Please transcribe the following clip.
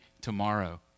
tomorrow